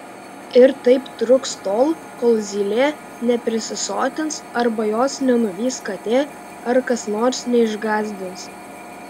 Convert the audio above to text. ir taip truks tol kol zylė neprisisotins arba jos nenuvys katė ar kas nors neišgąsdins